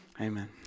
Amen